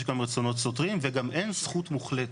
יש גם רצונות סותרים וגם אין זכות מוחלטת.